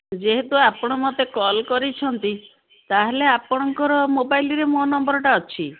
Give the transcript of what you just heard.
ଯେହେତୁ ଆପଣ ମୋତେ କଲ୍ କରିଛନ୍ତି ତା'ହେଲେ ଆପଣଙ୍କର ମୋବାଇଲ୍ରେ ମୋ ନମ୍ବର୍ଟା ଅଛି